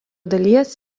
dalies